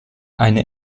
eine